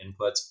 inputs